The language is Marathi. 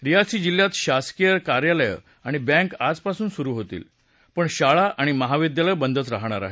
रियासी जिल्ह्यात शासकीय कार्यालयं आणि बँका आजपासून सुरु होतील पण शाळा आणि महाविद्यालयं बंदच राहणार आहेत